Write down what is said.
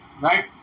Right